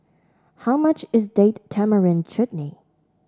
how much is Date Tamarind Chutney